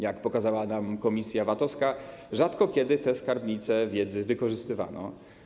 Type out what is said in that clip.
Jak pokazała nam komisja VAT-owska, rzadko kiedy te skarbnice wiedzy wykorzystywano.